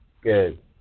Good